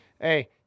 hey